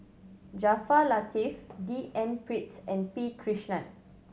Jaafar Latiff D N Pritt and P Krishnan